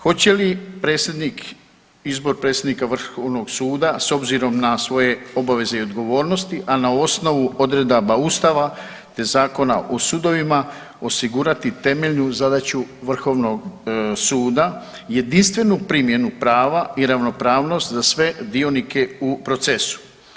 Hoće li predsjednik, izbor predsjednika Vrhovnog suda s obzirom na svoje obaveze i odgovornosti, a na osnovu odredaba Ustava te Zakona o sudovima osigurati temeljnu zadaću Vrhovnog suda, jedinstvenu primjenu prava i ravnopravnost za sve dionike u procesu.